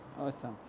Awesome